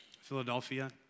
Philadelphia